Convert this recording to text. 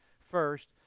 first